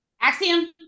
Axiom